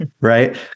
Right